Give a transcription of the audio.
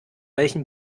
welchen